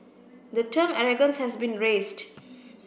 the term arrogance has been raised